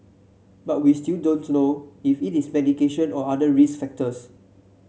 but we still don't know if it is medication or other risk factors